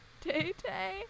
Tay-Tay